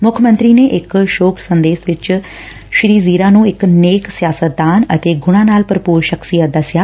ਮੁੱਖ ਮੰਤਰੀ ਨੇ ਇਕ ਸ਼ੋਕ ਸੰਦੇਸ਼ ਵਿਚ ਸ੍ਰੀ ਜ਼ੀਰਾ ਨੂੰ ਇਕ ਨੇਕ ਸਿਆਸਤਦਾਨ ਅਤੇ ਗੁਣਾ ਨਾਲ ਭਰਪੂਰ ਸ਼ਖ਼ਸੀਅਤ ਦਸਿਆ